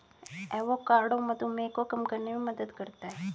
avocado मधुमेह को कम करने में मदद करता है